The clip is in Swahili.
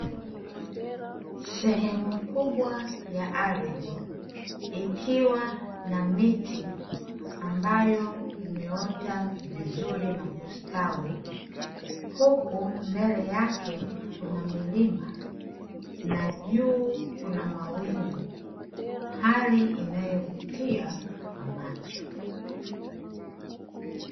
Sehemu kubwa ya ardhi, ikiwa na miti ambayo imeota vizuri na kustawi, huku mbele yake kuna milima na juu kuna mawingu hali inayovutia kwa macho.